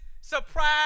surprise